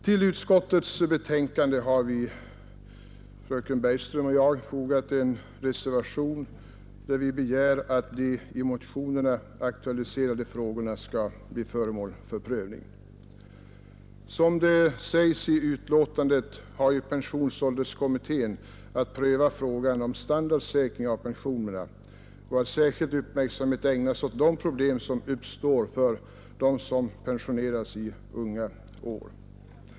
Till utskottets betänkande har fogats en reservation där det begärs att de i motionerna aktualiserade frågorna skall bli föremål för prövning. Som det sägs i betänkandet har pensionsålderskommittén att pröva frågan om standardsäkring av pensionerna och att ägna särskild uppmärksamhet åt de problem som uppstår för dem som pensioneras i unga år.